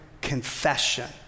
confession